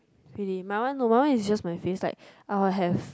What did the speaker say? really my one no my one is just my face like I will have